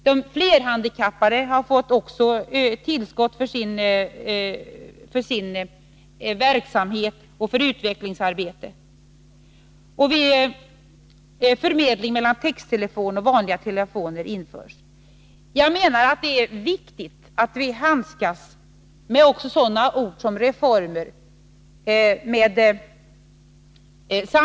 De flerhandikappade har också fått tillskott för sin verksamhet och för utvecklingsarbete. Förmedling mellan texttelefon och vanliga telefoner införs. Jag menar att det är viktigt att vi handskas sanningsenligt även med sådana ord som reformer.